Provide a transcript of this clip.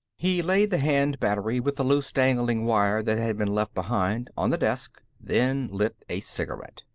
he laid the hand battery, with the loose-dangling wire that had been left behind, on the desk, then lit a cigarette.